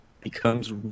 becomes